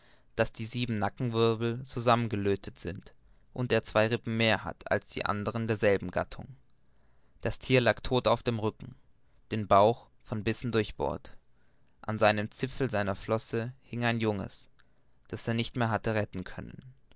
daß die sieben nackenwirbel zusammengelöthet sind und er zwei rippen mehr hat als die anderen derselben gattung das thier lag todt auf dem rücken den bauch von bissen durchbohrt an einem zipfel seiner flossen hing ein junges das er nicht mehr hatte retten können